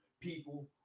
people